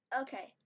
Okay